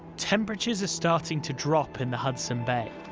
temperatures are starting to drop in the hudson bay,